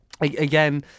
Again